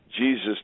Jesus